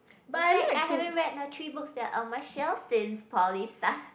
in fact I haven't read the three books that are on my shelves in poly stuff